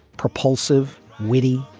propulsive, witty,